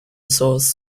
source